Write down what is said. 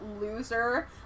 loser